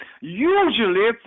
usually